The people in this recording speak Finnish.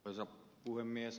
arvoisa puhemies